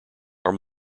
are